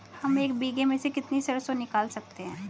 हम एक बीघे में से कितनी सरसों निकाल सकते हैं?